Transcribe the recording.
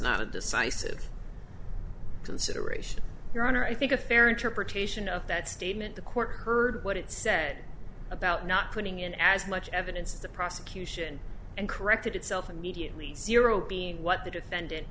not a decisive consideration your honor i think a fair interpretation of that statement the court heard what it said about not putting in as much evidence the prosecution and corrected itself immediately zero being what the defendant